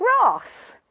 grass